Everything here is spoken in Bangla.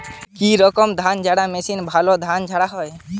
কি রকম ধানঝাড়া মেশিনে ভালো ধান ঝাড়া হয়?